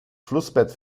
flussbett